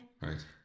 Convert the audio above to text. Right